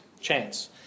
chance